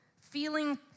feeling